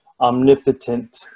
omnipotent